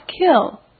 kill